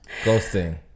Ghosting